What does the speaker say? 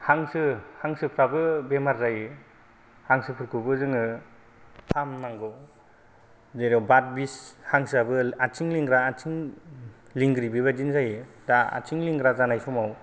हांसो हांसोफ्राबो बेमार जायो हांसोफोरखौबो जोङो फाहामनांगौ जेराव बाद बिस हांसोआबो आथिं लेंग्रा आथिं लिंग्रि बेबादिनो जायो दा आथि लेंग्रा जानाय समाव